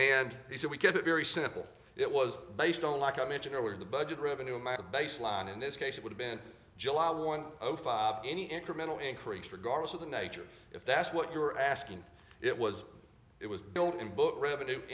and he said we get it very simple it was based on like i mentioned earlier in the budget revenue my baseline in this case it would have been july one any incremental increase regardless of the nature if that's what you're asking it was it was built in book revenue